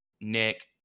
Nick